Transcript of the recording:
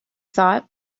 thought